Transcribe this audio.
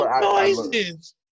noises